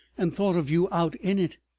and thought of you out in it,